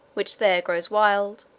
which there grows wild,